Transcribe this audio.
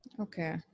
Okay